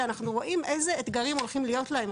שאנחנו רואים איזה אתגרים הולכים להיות להם.